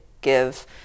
give